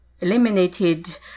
eliminated